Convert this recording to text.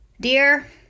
Dear